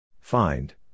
Find